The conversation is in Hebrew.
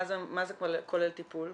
מה כולל טיפול?